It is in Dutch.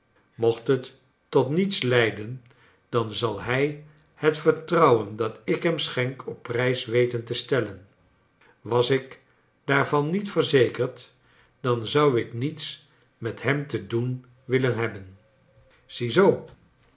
mocht het tot niets leiden dan zal hij het vertrouwen dat ik hem schenk op prijs we ten te stellen wa s ik daar van niet verzekerd dan zou ik niets met hem te doen willen hebben